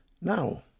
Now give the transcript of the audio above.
Now